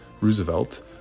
Roosevelt